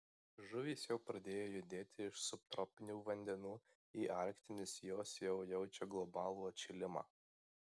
žuvys jau pradėjo judėti iš subtropinių vandenų į arktinius jos jau jaučia globalų atšilimą